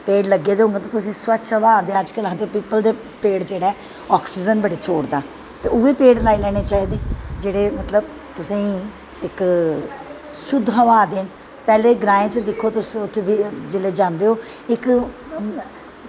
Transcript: पेड़ लग्गे दे होगन ते तुसेंगी स्वच्छ हवा आखदे पीपल दा पेड़ जेह्ड़ा आकसीज़न बड़ी छोड़दा ते उऐ पेड़ लाई लैनें चाही दे जेह्ड़े मतलव तुसेंगी इक शुद्ध हवा देन पैह्लें ग्राएं चे दिक्खो तुस जिसलै उत्थें जंदे ओ